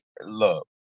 look